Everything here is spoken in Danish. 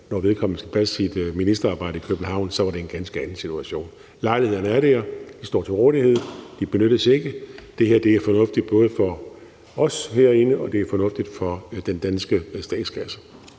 når vedkommende skal passe sit ministerarbejde i København, så var det en ganske anden situation. Lejlighederne er der, de står til rådighed, og de benyttes ikke. Det her er både fornuftigt for os herinde, og det er fornuftigt for den danske statskasse.